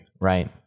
right